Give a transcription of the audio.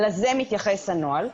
לזה מתייחס הנוהל.